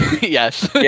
Yes